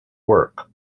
work